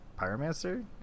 Pyromancer